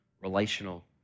relational